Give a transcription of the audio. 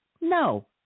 No